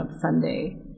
Sunday